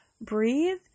breathe